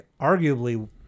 arguably